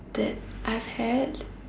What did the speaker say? that I've had